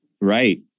Right